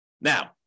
now